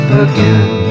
again